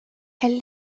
elle